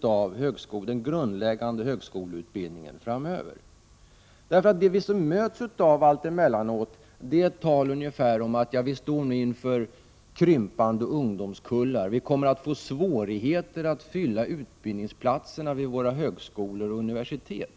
av den grundläggande högskoleutbildningen framöver. Emellanåt möter vi ju talet om att vi står inför krympande ungdomskullar och om att vi kommer att få svårigheter när det gäller att fylla utbildningsplatserna vid våra högskolor och universitet.